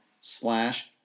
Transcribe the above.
slash